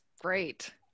great